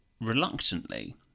reluctantly